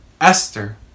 Esther